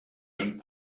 own